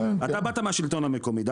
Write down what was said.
אתה באת מהשלטון המקומי,